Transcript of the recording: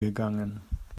gegangen